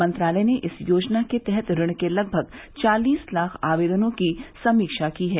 मंत्रालय ने इस योजना के तहत ऋण के लगभग चालीस लाख आवेदनों की समीक्षा की है